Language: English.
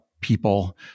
people